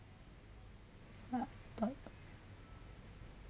adopt